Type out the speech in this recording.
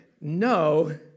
no